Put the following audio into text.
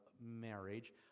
marriage